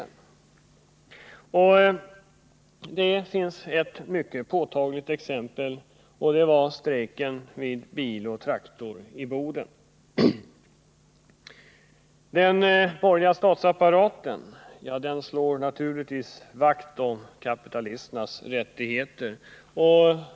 Ett mycket påtagligt exempel på det var de avskedanden som ägde rum i samband med strejken vid Bil & Traktor i Boden. Den borgerliga statsapparaten slår naturligtvis vakt om kapitalisternas rättigheter.